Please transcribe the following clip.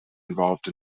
involved